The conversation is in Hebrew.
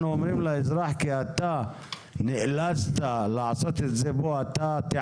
אזרחי ישראל לסיכון מאוד גדול בחו"ל, לא בארץ.